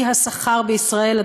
כי השכר בישראל,